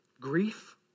Grief